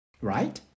right